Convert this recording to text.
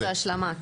זה השלמה.